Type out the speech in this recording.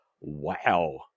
Wow